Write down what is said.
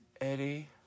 Eddie